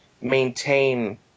maintain